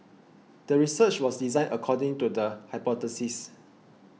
the research was designed according to the hypothesis